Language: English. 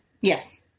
Yes